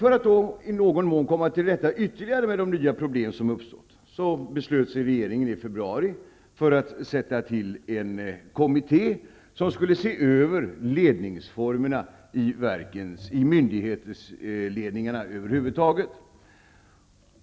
För att i någon mån komma till rätta med de nya problem som har uppstått beslöt sig regeringen i februari för att tillsätta en kommitté som skulle se över ledningsformerna i myndighetsledningarna över huvud taget.